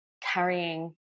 carrying